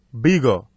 bigger